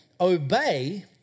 obey